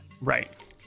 right